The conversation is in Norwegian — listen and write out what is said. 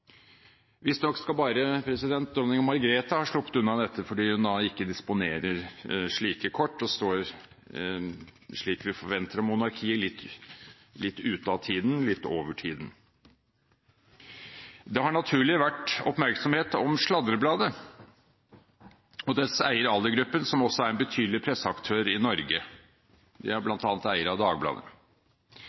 skal bare dronning Margrethe ha sluppet unna dette fordi hun ikke disponerer slike kort og står – slik vi forventer av monarkiet – litt ute av tiden, litt over tiden. Det har naturlig vært oppmerksomhet om sladrebladet og dets eier Aller-gruppen, som også er en betydelig presseaktør i Norge. De er bl.a. eier av Dagbladet.